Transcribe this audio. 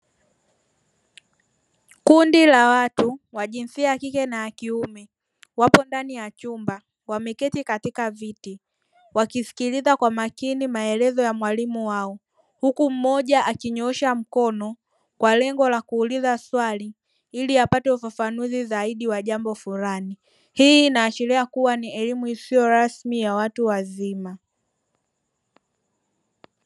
Kundi la watu wa jinsia ya kike na ya kiume, wapo ndani ya chumba wameketi katika viti wakisikiliza kwa makini maelezo ya mwalimu wao; huku mmoja akinyoosha mkono kwa lengo la kuuliza swali ili apate ufafanuzi zaidi wa jambo fulani. Hii inaashiria kuwa ni elimu isiyo rasmi ya watu wazima.